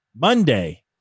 monday